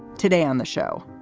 today on the show,